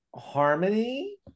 harmony